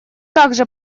также